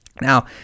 Now